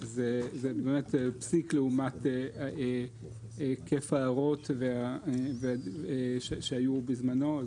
זה באמת פסיק לעומת היקף ההערות שהיו בזמנו.